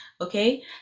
okay